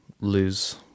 lose